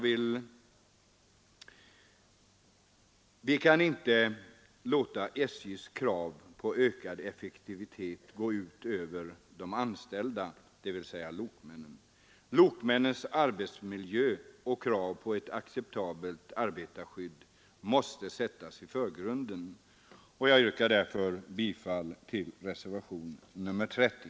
Vi kan inte låta SJ:s krav på ökad effektivitet gå ut över de anställda, dvs. lokmännen. Deras arbetsmiljö och deras krav på ett acceptabelt arbetarskydd måste sättas i förgrunden. Jag yrkar därför bifall till reservationen 30.